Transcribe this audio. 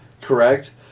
correct